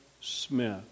Smith